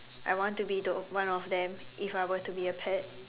I want to be the one of them if I were to be a pet